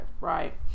Right